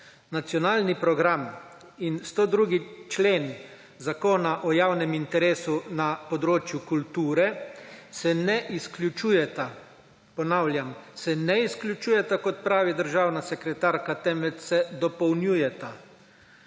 Nacionalni program in 102. člen Zakona o javnem interesu na področju kulture se ne izključujeta, ponavljam se ne izključujeta kot pravi državna sekretarka, temveč se dopolnjujeta.